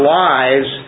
lives